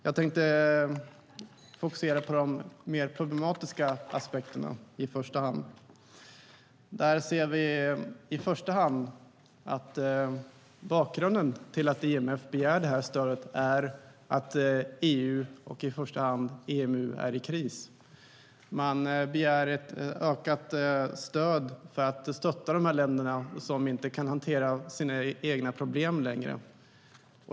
Jag tänkte i första hand fokusera på de mer problematiska aspekterna. Vi ser först och främst att bakgrunden till att IMF begär stödet är att EU och i synnerhet EMU är i kris. Man begär ett ökat stöd för att stötta de länder som inte kan hantera sina egna problem längre.